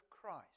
Christ